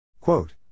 Quote